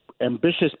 ambitious